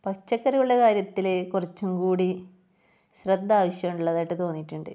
പച്ചക്കറികളുടെ കാര്യത്തിൽ കുറച്ചും കൂടി ശ്രദ്ധ ആവശ്യം ഉള്ളതായിട്ട് തോന്നിയിട്ടുണ്ട്